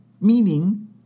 Meaning